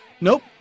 Nope